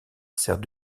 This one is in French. sert